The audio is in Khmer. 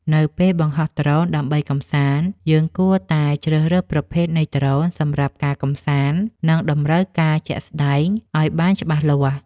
នៅពេលបង្ហោះដ្រូនដើម្បីកម្សាន្ត យើងគួរតែជ្រើសរើសប្រភេទនៃដ្រូនសម្រាប់ការកម្សាន្ត និងតម្រូវការជាក់ស្ដែងឲ្យបានច្បាស់លាស់។